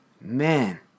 Man